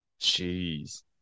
Jeez